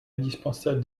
indispensable